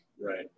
right